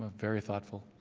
very thoughtful.